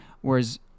whereas